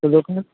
तो रोकना